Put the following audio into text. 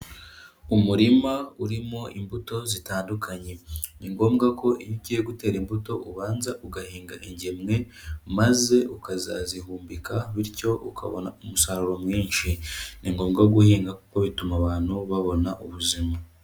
Umurima urimo imbuto zitandukanye. Ni ngombwa ko iyo ugiye gutera imbuto ubanza ugahinga ingemwe maze ukazazihumbika bityo ukabona umusaruro mwinshi. Ni ngombwa guhinga kuko bituma abantu babona ubuzima.